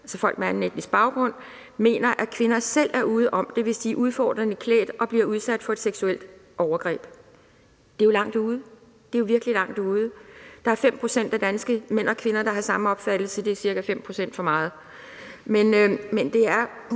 altså folk med anden etnisk baggrund, mener, at kvinder selv er ude om det, hvis de er udfordrende klædt, at de bliver udsat for et seksuelt overgreb. Det er jo langt ude. Det er jo virkelig langt ude. Der er 5 pct. af danske mænd og kvinder, der har samme opfattelse. Det er ca. 5 pct. for mange. Men det er